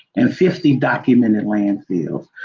and fifteen documented landfills.